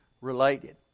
related